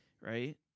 right